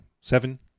seven